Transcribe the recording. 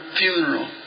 funeral